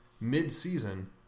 mid-season